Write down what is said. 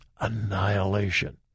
Annihilation